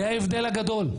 זה ההבדל הגדול.